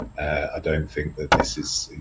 ah don't think that this is.